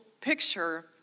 picture